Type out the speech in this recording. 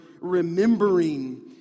remembering